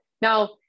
Now